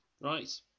Right